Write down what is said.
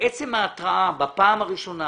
בעצם ההתראה בפעם הראשונה,